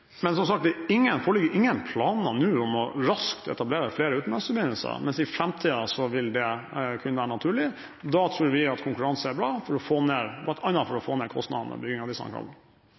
men, som sagt, det foreligger ingen planer nå om raskt å etablere flere utenlandsforbindelser, mens i framtiden vil det kunne være naturlig. Da tror vi at konkurranse er bra for bl.a. å få ned kostnadene ved bygging av disse